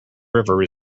river